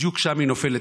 בדיוק שם היא נופלת.